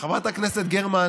חברת הכנסת גרמן,